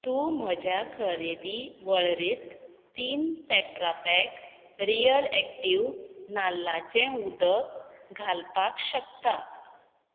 तूं म्हज्या खरेदी वळरेंत तीन टॅट्रापॅक रियल एक्टीव नाल्लाचें उदक घालपाक शकता